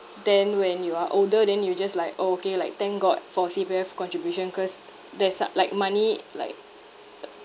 then when you are older then you just like orh okay like thank god for C_P_F contribution cause there's like like money like